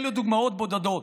אלו דוגמאות בודדות.